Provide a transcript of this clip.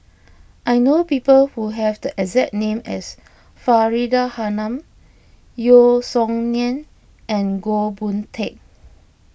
I know people who have the exact name as Faridah Hanum Yeo Song Nian and Goh Boon Teck